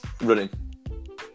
Running